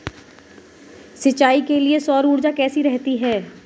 सिंचाई के लिए सौर ऊर्जा कैसी रहती है?